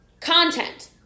content